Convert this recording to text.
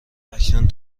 اکنون